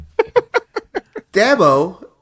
Dabo